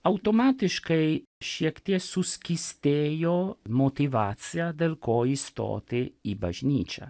automatiškai šiek tiek suskystėjo motyvacija dėl ko įstoti į bažnyčią